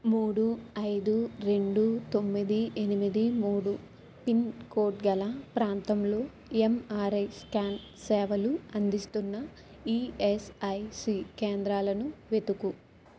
మూడు ఐదు రెండు తొమ్మిది ఎనిమిది మూడు పిన్ కోడ్ గల ప్రాంతంలో ఎంఅర్ఐ స్క్యాన్ సేవలు అందిస్తున్న ఈఎస్ఐసి కేంద్రాలను వెతుకు